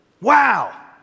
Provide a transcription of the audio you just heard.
Wow